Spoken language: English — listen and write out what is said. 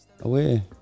away